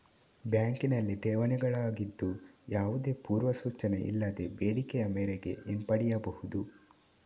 ಬ್ಯಾಂಕಿನಲ್ಲಿ ಠೇವಣಿಗಳಾಗಿದ್ದು, ಯಾವುದೇ ಪೂರ್ವ ಸೂಚನೆ ಇಲ್ಲದೆ ಬೇಡಿಕೆಯ ಮೇರೆಗೆ ಹಿಂಪಡೆಯಬಹುದು